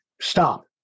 stop